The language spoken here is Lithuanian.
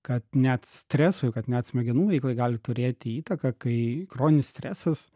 kad net stresui kad net smegenų veiklai gali turėti įtaką kai chroninis stresas